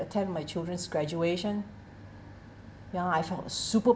attend my children's graduation ya I felt super